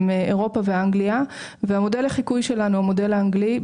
הם אירופה ואנגליה והמודל לחיקוי שלנו הוא המודל האנגלי.